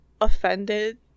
Offended